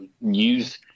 use